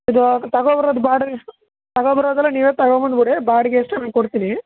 ಇದು ತಗೊಂ ಬರೋದು ಬಾಡಿಗೆ ಎಷ್ಟು ತಗೋ ಬರೋದೆಲ್ಲ ನೀವೇ ತಗೊಂ ಬಂದುಬಿಡಿ ಬಾಡಿಗೆ ಎಷ್ಟೊ ನಾ ಕೊಡ್ತೀನಿ